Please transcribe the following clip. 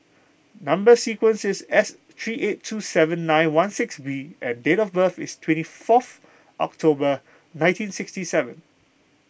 Number Sequence is S three eight two seven nine one six B and date of birth is twenty fourth October nineteen sixty seven